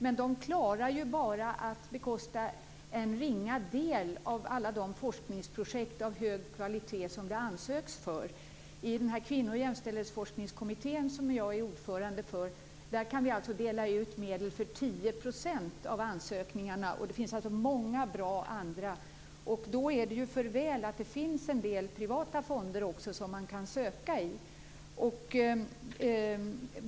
Men de klarar ju bara att bekosta en ringa del av alla de forskningsprojekt av hög kvalitet som det ansöks för. I Kvinnooch jämställdhetsforskningskommittén, som jag är ordförande för, kan vi dela ut medel i 10 % av ansökningarna, och det finns många andra bra. Då är det för väl att det också finns en del privata fonder som man kan söka i.